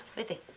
with her